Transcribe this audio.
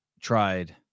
tried